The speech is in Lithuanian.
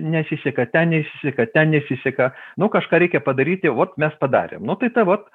nesiseka ten nesiseka ten nesiseka nu kažką reikia padaryti vot mes padarėm nu tai tą vot